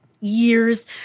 years